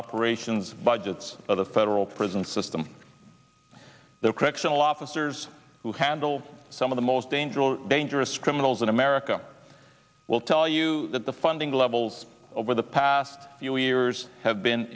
operations budgets of the federal prison system the correctional officers who handle some of the most dangerous dangerous criminals in america will tell you that the funding levels over the past few years have been